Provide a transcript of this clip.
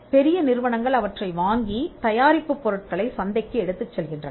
பெரிய நிறுவனங்கள் அவற்றை வாங்கி தயாரிப்பு பொருட்களை சந்தைக்கு எடுத்துச் செல்கின்றன